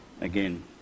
again